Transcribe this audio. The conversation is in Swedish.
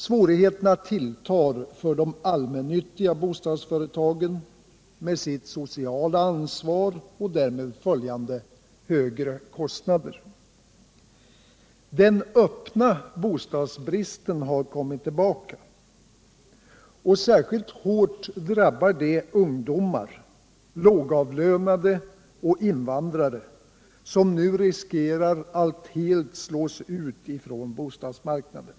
Svårigheterna tilltar för de allmännyttiga bostadsföretagen med deras sociala ansvar och därmed följande högre kostnader. Den öppna bostadsbristen har kommit tillbaka. Särskilt hårt drabbar detta ungdomar, lågavlönade och invandrare, som nu riskerar att helt slås ut från bostadsmarknaden.